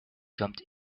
jumped